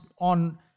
on